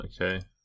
Okay